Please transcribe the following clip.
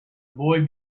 boy